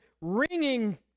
ringing